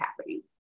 happening